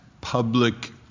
public